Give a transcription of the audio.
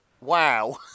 Wow